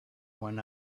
when